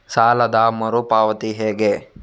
ಸಾಲದ ಮರು ಪಾವತಿ ಹೇಗೆ?